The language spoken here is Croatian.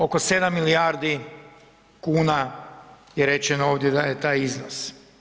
Oko 7 milijardi kuna je rečeno ovdje da je taj iznos.